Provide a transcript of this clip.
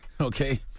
Okay